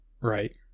Right